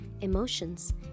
emotions